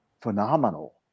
Phenomenal